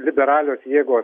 liberalios jėgos